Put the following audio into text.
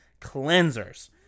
cleansers